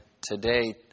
today